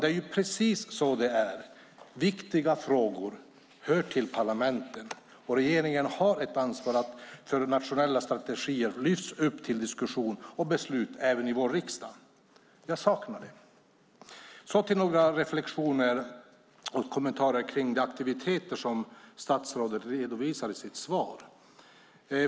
Det är precis så det är: Viktiga frågor hör till parlamenten, och regeringen har ett ansvar för att nationella strategier lyfts upp till diskussion och beslut även i vår riksdag. Jag saknar detta. Så till några reflexioner och kommentarer kring de aktiviteter som statsrådet redovisar i sitt svar.